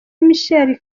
michael